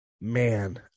Man